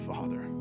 Father